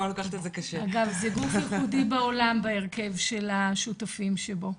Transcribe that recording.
אגב, זה גוף ייחודי בעולם בהרכב של השותפים שבו.